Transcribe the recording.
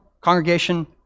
congregation